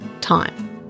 time